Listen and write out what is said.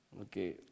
Okay